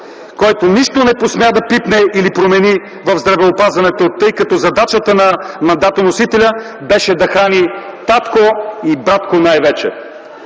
Който нищо не посмя да пипне или промени в здравеопазването, тъй като задачата на мандатоносителя беше да храни татко и батко най-вече.